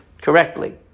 correctly